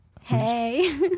Hey